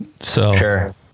Sure